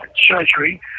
surgery